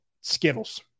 Skittles